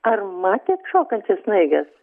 ar matėt šokančias snaiges